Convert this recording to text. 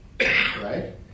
right